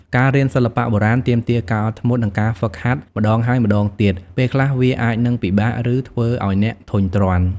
ការរៀនសិល្បៈបុរាណទាមទារការអត់ធ្មត់ និងការហ្វឹកហាត់ម្តងហើយម្តងទៀត ពេលខ្លះវាអាចនឹងពិបាក ឬធ្វើឱ្យអ្នកធុញទ្រាន់។